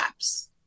apps